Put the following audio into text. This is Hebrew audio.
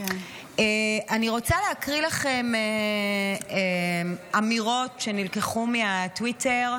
אני רוצה להקריא לכם אמירות שנלקחו מהטוויטר.